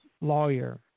lawyer